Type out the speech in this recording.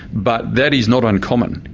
but that is not uncommon.